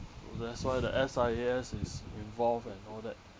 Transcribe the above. that's why the S_I_A_S is involved and all that